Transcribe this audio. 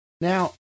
Now